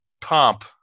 pomp